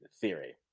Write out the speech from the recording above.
Theory